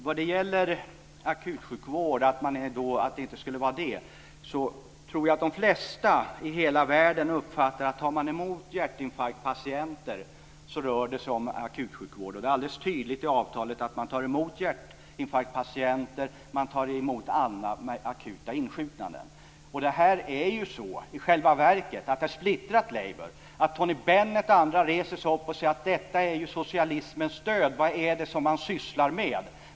När det gäller akutsjukvården och påståendet att det inte skulle handla om det tror jag att de flesta i hela världen uppfattar att tar man emot hjärtinfarktpatienter rör det sig om akutsjukvård. Det är alldeles tydligt i avtalet att man tar emot hjärtinfarktpatienter och andra akuta insjuknanden. Det här har i själva verket splittrat Labour. Tony Bennet och andra reser sig upp och säger: Detta är ju socialismens död. Vad är det man sysslar med?